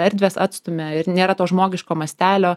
erdvės atstumia ir nėra to žmogiško mastelio